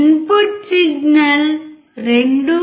input signal 2